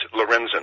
Lorenzen